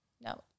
No